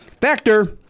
Factor